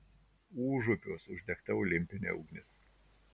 užupiuos uždegta olimpinė ugnis